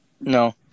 No